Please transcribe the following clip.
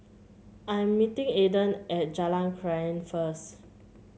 I am meeting Aidan at Jalan Krian first